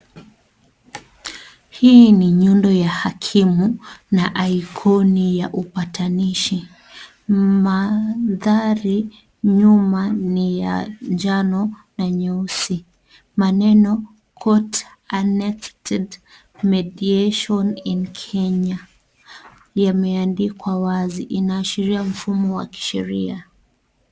Hii ni nyundo ya hakimu an aikoni ya upatanishi. Maandhari nyuma ni ya njano na nyeusi. Maneno " Court Annexed mediation in Kenya " yameandikwa wazi. Inaashiria mfumo wa kisheria.